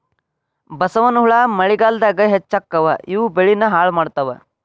ಬಸವನಹುಳಾ ಮಳಿಗಾಲದಾಗ ಹೆಚ್ಚಕ್ಕಾವ ಇವು ಬೆಳಿನ ಹಾಳ ಮಾಡತಾವ